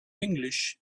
english